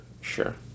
sure